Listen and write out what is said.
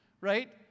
right